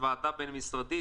ועדה משרדית.